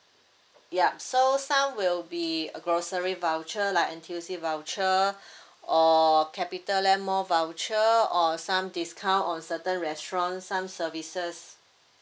yup so some will be a grocery voucher like N_T_U_C voucher or capitaland mall voucher or some discount on certain restaurant some services